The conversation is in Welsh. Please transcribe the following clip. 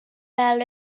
fel